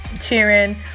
cheering